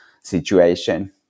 situation